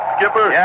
Skipper